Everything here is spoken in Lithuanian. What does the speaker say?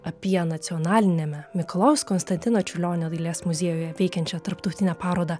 apie nacionaliniame mikalojaus konstantino čiurlionio dailės muziejuje veikiančią tarptautinę parodą